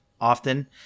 often